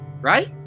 Right